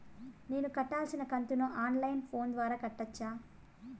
నేను కట్టాల్సిన కంతును ఆన్ లైను ఫోను ద్వారా కట్టొచ్చా?